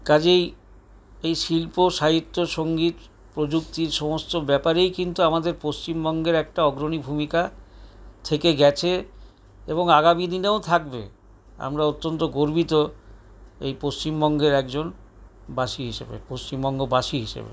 কাজেই এই শিল্প সাহিত্য সঙ্গীত প্রযুক্তি সমস্ত ব্যাপারেই কিন্তু আমাদের পশ্চিমবঙ্গের একটা অগ্রণী ভূমিকা থেকে গেছে এবং আগামী দিনেও থাকবে আমরা অত্যন্ত গর্বিত এই পশ্চিমবঙ্গের একজন বাসী হিসেবে পশ্চিমবঙ্গবাসী হিসেবে